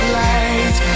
light